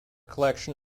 collection